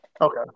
Okay